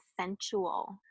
sensual